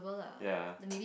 ya